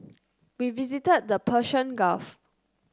we visited the Persian Gulf